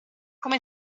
come